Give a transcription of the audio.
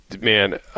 man